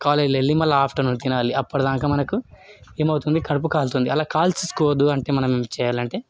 కాలేజీల వెళ్లి మళ్లీ ఆఫ్టర్నూన్ తినాలి అప్పటిదాకా మనకు ఏమవుతుంది కడుపు కాలుతుంది అలా కాల్చేసుకోవద్దు అంటే మనం ఏం చేయాలంటే